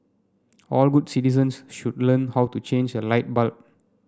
all good citizens should learn how to change a light bulb